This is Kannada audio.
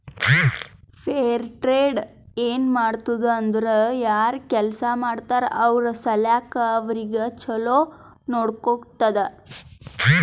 ಫೇರ್ ಟ್ರೇಡ್ ಏನ್ ಮಾಡ್ತುದ್ ಅಂದುರ್ ಯಾರ್ ಕೆಲ್ಸಾ ಮಾಡ್ತಾರ ಅವ್ರ ಸಲ್ಯಾಕ್ ಅವ್ರಿಗ ಛಲೋ ನೊಡ್ಕೊತ್ತುದ್